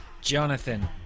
Jonathan